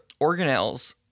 organelles